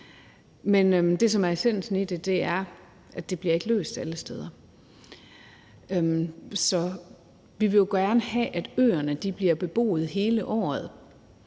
Men det, som er essensen i det, er, at det ikke bliver løst alle steder. Vi vil jo gerne have, at øerne bliver beboet hele året